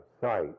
sight